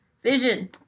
Vision